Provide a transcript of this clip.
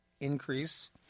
increase